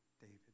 David